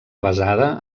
basada